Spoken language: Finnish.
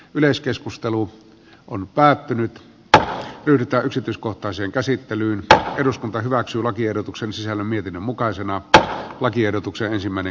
yleiskeskustelu on päättynyt tai yritä yksityiskohtaiseen käsittelyyn ja eduskunta hyväksyi lakiehdotuksen sisällä mietin mukaisena että lakiehdotuksen ensimmäinen